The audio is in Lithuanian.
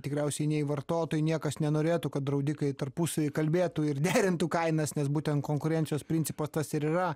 tikriausiai nei vartotojai niekas nenorėtų kad draudikai tarpusavy kalbėtų ir derintų kainas nes būtent konkurencijos principas tas ir yra